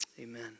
Amen